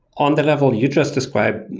on the level you just described,